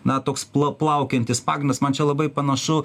na toks plau plaukiojantis pagrindas man čia labai panašu